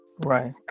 Right